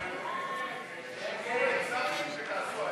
לפני סעיף 1. ההסתייגות של קבוצת סיעת